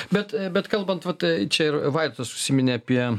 bet bet kalbant vat čia ir vaidotas užsiminė apie